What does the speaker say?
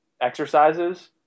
exercises